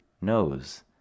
knows